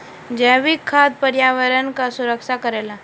जैविक खाद पर्यावरण कअ सुरक्षा करेला